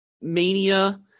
Mania